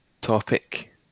topic